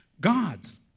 gods